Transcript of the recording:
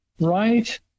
right